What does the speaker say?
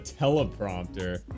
teleprompter